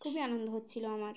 খুবই আনন্দ হচ্ছিল আমার